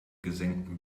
gesenktem